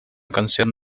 canción